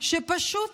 שפשוט